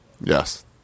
Yes